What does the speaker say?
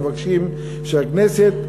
מבקשים שהכנסת,